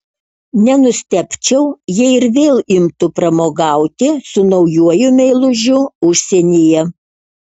nenustebčiau jei ir vėl imtų pramogauti su naujuoju meilužiu užsienyje